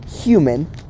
human